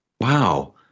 Wow